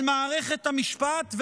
על מערכת המשפט,